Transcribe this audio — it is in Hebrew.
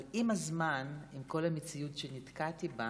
אבל עם הזמן, עם כל המציאות שנתקלתי בה